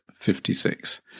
56